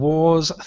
Wars